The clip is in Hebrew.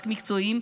רק מקצועיים,